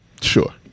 Sure